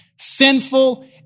sinful